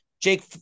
Jake